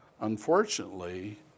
unfortunately